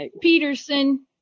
Peterson